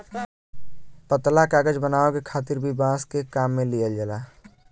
पतला कागज बनावे खातिर भी बांस के काम में लिहल जाला